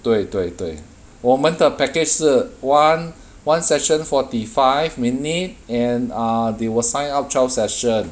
对对对我们的 package 是 one one session forty five minute and uh they will sign up twelve session